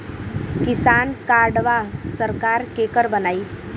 किसान कार्डवा सरकार केकर बनाई?